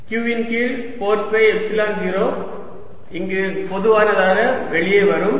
q ன் கீழ் 4 pi epsilon 0 இங்கு பொதுவானதாக வெளியே வருகிறது